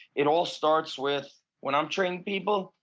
it all starts with, when i'm training people,